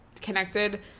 connected